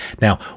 now